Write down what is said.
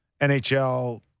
NHL